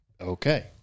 Okay